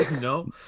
no